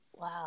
Wow